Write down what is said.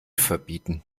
verbieten